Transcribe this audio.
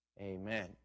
Amen